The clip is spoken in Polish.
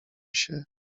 się